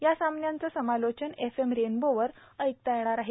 या सामन्याचं समालोचन एफ एम रेनबोवर ऐकता येणार आहे